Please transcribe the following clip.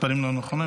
המספרים לא נכונים,